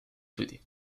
souhaité